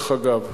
וכדרך אגב.